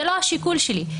זה לא השיקול שלי.